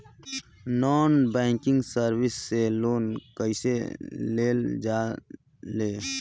Non banking service से loan कैसे लेल जा ले?